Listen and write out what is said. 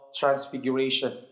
transfiguration